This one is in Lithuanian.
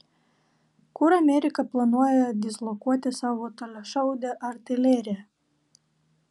kur amerika planuoja dislokuoti savo toliašaudę artileriją